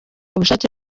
ubushake